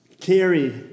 carry